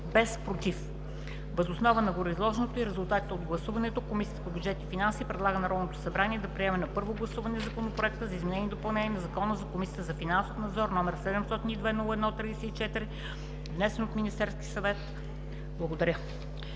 представители. Въз основа на гореизложеното и резултатите от гласуването Комисията по бюджет и финанси предлага на Народното събрание да приеме на първо гласуване Законопроекта за изменение и допълнение на Закона за Комисията за финансов надзор, № 702 01 34, внесен от Министерския съвет.“